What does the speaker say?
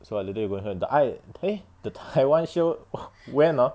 so I later go and hear the 爱 eh the taiwan show when ah